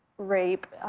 rape.